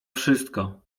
wszystko